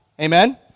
Amen